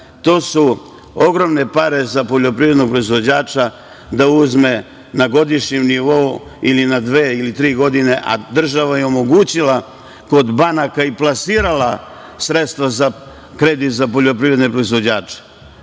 to su ogromne pare za poljoprivrednog proizvođača da uzme na godišnjem nivou ili na dve ili tri godine, a država je omogućila kod banaka i plasirala sredstva za kredit za poljoprivredne proizvođače. Ljudi